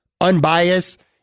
unbiased